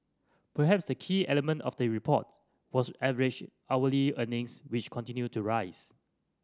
perhaps the key element of the report was average hourly earnings which continued to rise